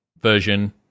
version